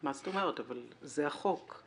מה זאת אומרת, אבל זה החוק,